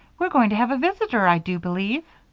we're going to have a visitor, i do believe.